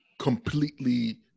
completely